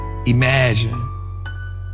Imagine